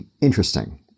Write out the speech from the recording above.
interesting